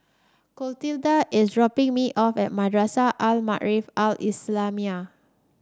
Clotilda is dropping me off at Madrasah Al Maarif Al Islamiah